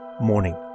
Morning